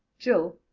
jill.